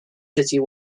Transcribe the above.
city